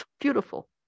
beautiful